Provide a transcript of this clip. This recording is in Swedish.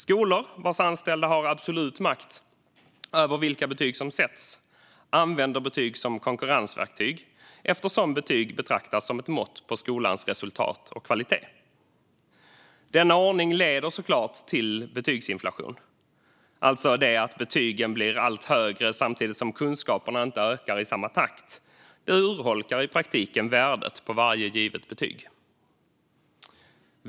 Skolor vars anställda har absolut makt över vilka betyg som sätts använder betyg som konkurrensverktyg eftersom betyg betraktas som ett mått på skolans resultat och kvalitet. Denna ordning leder såklart till betygsinflation. Det betyder att betygen blir allt högre samtidigt som kunskaperna inte ökar i samma takt. Det urholkar i praktiken värdet på varje givet betyg.